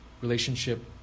relationship